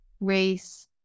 race